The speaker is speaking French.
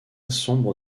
sombre